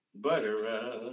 Butter